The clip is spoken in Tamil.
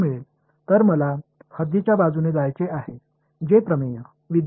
எனவே நான் எல்லையுடன் செல்ல விரும்புகிறேன் ஆகையால் எந்த தேற்றம் நமக்கு உதவும்